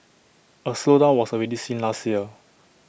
A slowdown was already seen last year